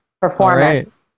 Performance